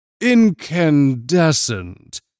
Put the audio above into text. Incandescent